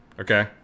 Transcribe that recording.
Okay